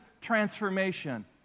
transformation